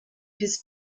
his